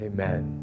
Amen